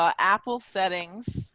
um apple settings